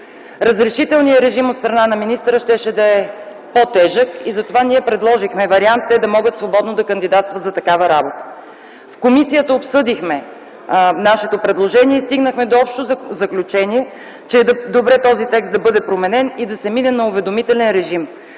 Разрешителният режим от страна на министъра щеше да е по-тежък и затова ние предложихме вариант те да могат свободно да кандидатстват за такава работа. В комисията обсъдихме нашето предложение и стигнахме до общо заключение, че е добре този текст да бъде променен и да се мине на уведомителен режим.